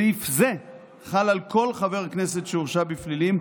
סעיף זה חל על כל חבר כנסת שהורשע בפלילים,